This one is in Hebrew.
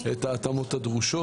את ההתאמות הדרושות,